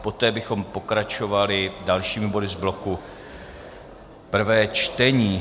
Poté bychom pokračovali dalšími body z bloku prvé čtení.